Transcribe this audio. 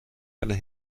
einer